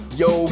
yo